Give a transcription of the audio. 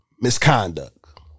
Misconduct